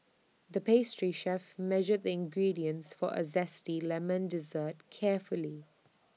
the pastry chef measured the ingredients for A Zesty Lemon Dessert carefully